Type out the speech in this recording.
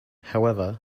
however